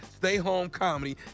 stayhomecomedy